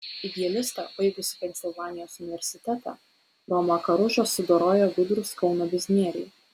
idealistą baigusį pensilvanijos universitetą romą karužą sudorojo gudrūs kauno biznieriai